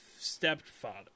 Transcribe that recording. Stepfather